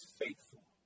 faithful